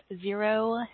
zero